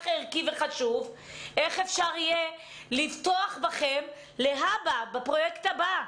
ערכי וחשוב איך אפשר יהיה לבטוח בכם להבא בפרויקט הבא?